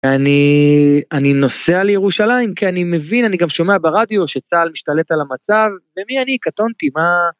אני, אני נוסע לירושלים כי אני מבין, אני גם שומע ברדיו שצה״ל משתלט על המצב, ומי אני? קטונתי, מה?